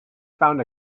found